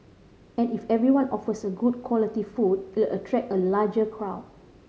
and if everyone offers good quality food it'll attract a larger crowd